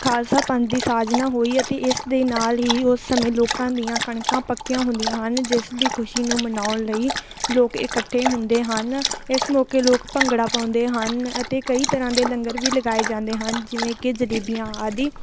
ਖਾਲਸਾ ਪੰਥ ਦੀ ਸਾਜਨਾ ਹੋਈ ਅਤੇ ਇਸ ਦੇ ਨਾਲ ਹੀ ਉਸ ਸਮੇਂ ਲੋਕਾਂ ਦੀਆਂ ਕਣਕਾਂ ਪੱਕੀਆਂ ਹੁੰਦੀਆਂ ਹਨ ਜਿਸ ਦੀ ਖੁਸ਼ੀ ਨੂੰ ਮਨਾਉਣ ਲਈ ਲੋਕ ਇਕੱਠੇ ਹੁੰਦੇ ਹਨ ਇਸ ਮੌਕੇ ਲੋਕ ਭੰਗੜਾ ਪਾਉਂਦੇ ਹਨ ਅਤੇ ਕਈ ਤਰ੍ਹਾਂ ਦੇ ਲੰਗਰ ਵੀ ਲਗਾਏ ਜਾਂਦੇ ਹਨ ਜਿਵੇਂ ਕਿ ਜਲੇਬੀਆਂ ਆਦਿ